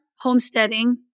homesteading